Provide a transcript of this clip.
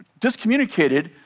discommunicated